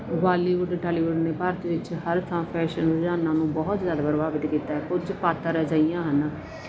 Bollywood Tollywood ਨੇ ਭਾਰਤ ਵਿੱਚ ਹਰ ਥਾਂ ਫੈਸ਼ਨ ਰੁਝਾਨਾਂ ਨੂੰ ਬਹੁਤ ਜਿਆਦਾ ਪ੍ਰਭਾਵਿਤ ਕੀਤਾ ਐ ਕੁਝ ਪਾਤਰ ਅਜਿਹੀਆਂ ਹਨ